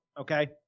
okay